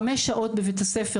חמש שעות בבית הספר,